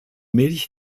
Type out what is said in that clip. milch